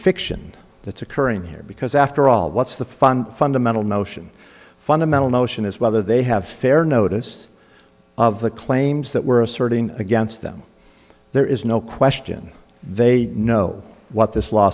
fiction that's occurring here because after all what's the fun fundamental notion fundamental notion is whether they have fair notice of the claims that were asserting against them there is no question they know what this